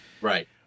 Right